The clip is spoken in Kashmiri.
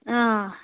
آ